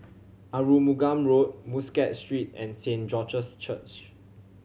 Arumugam Road Muscat Street and Saint George's Church